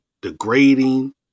degrading